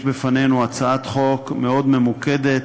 יש בפנינו הצעת חוק מאוד ממוקדת,